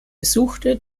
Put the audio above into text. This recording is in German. besuchte